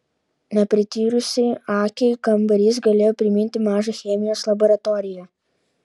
neprityrusiai akiai kambarys galėjo priminti mažą chemijos laboratoriją